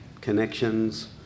connections